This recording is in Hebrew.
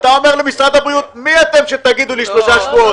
ואתה אומר למשרד הבריאות: מי אתם שתגידו לי שלושה שבועות?